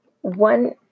One